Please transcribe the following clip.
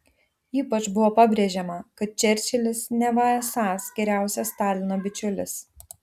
ypač buvo pabrėžiama kad čerčilis neva esąs geriausias stalino bičiulis